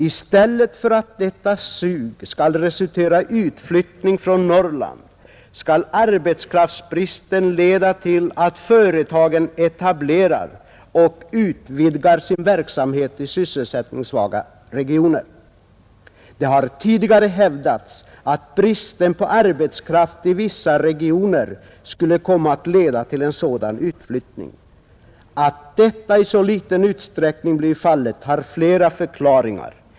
I stället för att detta ”sug” skall resultera i utflyttning från Norrland skall arbetskraftsbristen leda till att företagen etablerar och utvidgar sin verksamhet i sysselsättningssvaga regioner. Det har tidigare hävdats att bristen på arbetskraft i vissa regioner skulle komma att leda till en sådan utflyttning. Att detta i så liten utsträckning blivit fallet, har flera förklaringar.